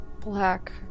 Black